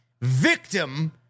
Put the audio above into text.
Victim